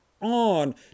on